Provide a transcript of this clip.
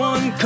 One